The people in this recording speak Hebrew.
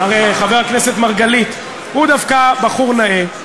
הרי חבר הכנסת מרגלית הוא דווקא בחור נאה,